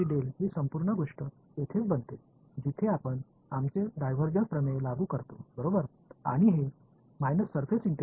आणि ही संपूर्ण गोष्ट येथेच बनते जिथे आपण आमचे डायव्हर्जन्स प्रमेय लागू करतो बरोबर